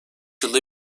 yılda